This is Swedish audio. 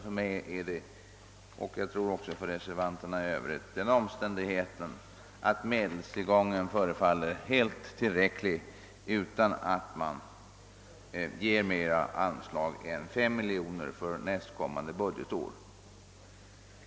För mig — och jag tror även för reservanterna i Övrigt är det den omständigheten att medelstillgången förefaller att vara helt tillräcklig som gjort att vi föreslagit ett anslag på bara 5 miljoner för nästkommande budgetår.